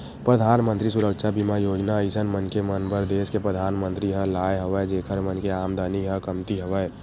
परधानमंतरी सुरक्छा बीमा योजना अइसन मनखे मन बर देस के परधानमंतरी ह लाय हवय जेखर मन के आमदानी ह कमती हवय